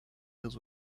deals